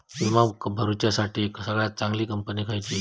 विमा भरुच्यासाठी सगळयात चागंली कंपनी खयची?